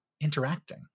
interacting